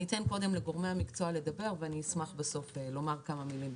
אתן קודם לגורמי המקצוע לדבר ואשמח בסוף לומר כמה מילים,